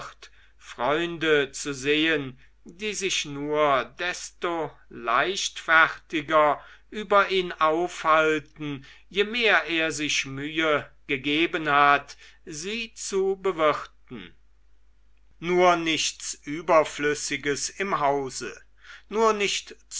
freunde zu sehen die sich nur desto leichtfertiger über ihn aufhalten je mehr er sich mühe gegeben hat sie zu bewirten nur nichts überflüssiges im hause nur nicht